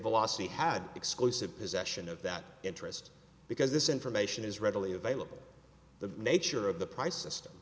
velocity had exclusive possession of that interest because this information is readily available the nature of the price a system